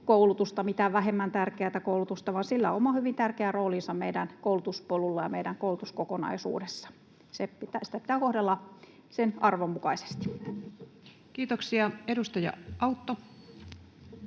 marginaalikoulutusta, mitään vähemmän tärkeätä koulutusta, vaan sillä on oma hyvin tärkeä roolinsa meidän koulutuspolulla ja meidän koulutuskokonaisuudessa. Sitä pitää kohdella sen arvon mukaisesti. Kiitoksia. — Edustaja Autto.